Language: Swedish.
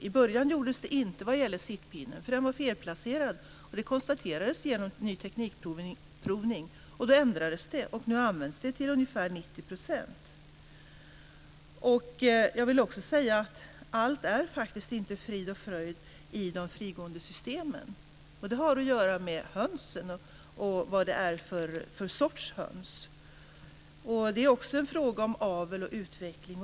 I början användes inte sittpinnen eftersom den var felplacerad, vilket konstaterades genom ny teknikprovning. Då ändrades detta och nu används det här till ungefär 90 %. Allt är faktiskt inte frid och fröjd i fråga om frigåendesystemen. Det har att göra med hönsen, med vad det är för sorts höns. Det är också en fråga om avel och utveckling.